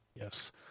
yes